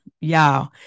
y'all